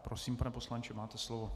Prosím, pane poslanče, máte slovo.